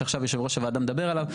שעכשיו יושב ראש הוועדה מדבר עליו,